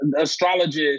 astrologist